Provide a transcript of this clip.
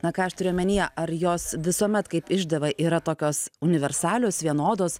na ką aš turiu omenyje ar jos visuomet kaip išdava yra tokios universalios vienodos